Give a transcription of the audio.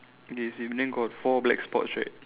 okay same then got four black spots right